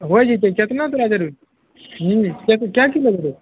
हो जएतै कतना तोहरा जरूरी छै किए तोँ कै किलो लेबहो